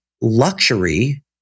luxury